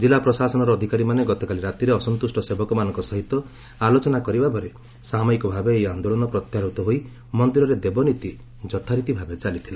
ଜିଲା ପ୍ରଶାସନର ଅଧିକାରୀମାନେ ଗତକାଲି ରାତିରେ ଅସନ୍ତୁଷ୍ଟ ସେବକମାନଙ୍କ ସହିତ ଆଲୋଚନା କରିବା ପରେ ସାମୟିକ ଭାବେ ଏହି ଆନ୍ଦୋଳନ ପ୍ରତ୍ୟାହୃତ ହୋଇ ମନ୍ଦିରରେ ଦେବନୀତି ଯଥାରୀତି ଭାବେ ଚାଲିଥିଲା